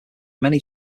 many